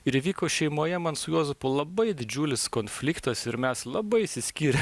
ir įvyko šeimoje man su juozapu labai didžiulis konfliktas ir mes labai išsiskyrėm